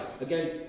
Again